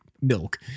milk